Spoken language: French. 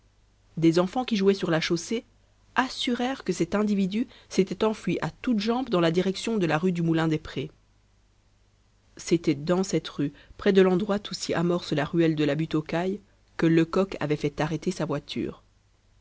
des enfants qui jouaient sur la chaussée assurèrent que cet individu s'était enfui à toutes jambes dans la direction de la rue du moulin des prés c'était dans cette rue près de l'endroit où s'y amorce la ruelle de la butte aux cailles que lecoq avait fait arrêter sa voiture